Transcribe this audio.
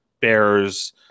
bears